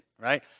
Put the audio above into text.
right